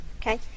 Okay